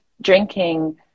drinking